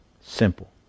Simple